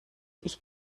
ich